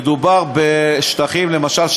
מדובר בשטחים, למשל,